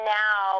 now